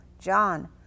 John